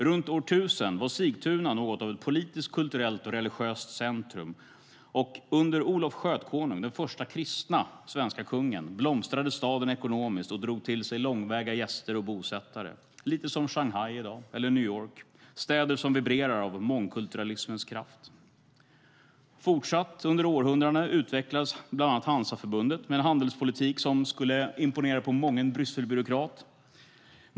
Runt år 1000 var Sigtuna något av ett politiskt, kulturellt och religiöst centrum, och under Olof Skötkonung, den första kristna svenska kungen, blomstrade staden ekonomiskt och drog till sig långväga gäster och bosättare, lite som Shanghai eller New York i dag - städer som vibrerar av mångkulturalismens kraft. Fortsatt under århundradena utvecklades bland annat Hansaförbundet, med en handelspolitik som skulle imponera på mången Brysselbyråkrat.